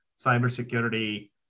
cybersecurity